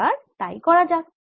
এবার তাই করা যাক